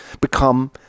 Become